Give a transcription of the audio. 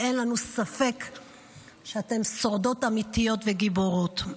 אין לנו ספק שאתן שורדות אמיתיות וגיבורות.